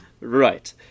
Right